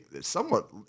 somewhat